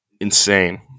Insane